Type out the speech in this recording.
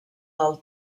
del